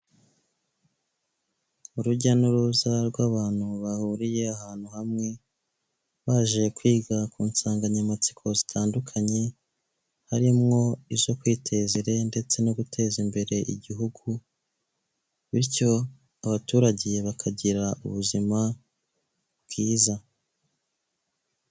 Urujya n'uruza rw'abantu bahuriye ahantu hamwe baje kwiga ku nsanganyamatsiko zitandukanye harimwo izo kwiteza imbere ndetse no guteza imbere igihugu bityo abaturage bakagira ubuzima bwiza.